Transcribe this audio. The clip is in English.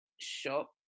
shop